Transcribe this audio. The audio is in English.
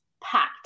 packed